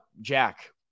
Jack